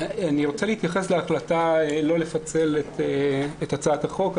אני רוצה להתייחס להחלטה לא לפצל את הצעת החוק.